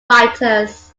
writers